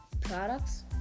Products